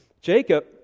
Jacob